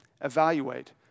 Evaluate